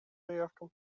заявкам